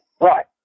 right